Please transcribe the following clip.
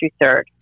third